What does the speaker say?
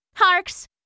Harks